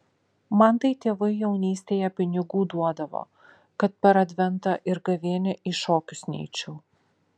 man tai tėvai jaunystėje pinigų duodavo kad per adventą ir gavėnią į šokius neičiau